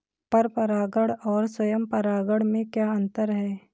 पर परागण और स्वयं परागण में क्या अंतर है?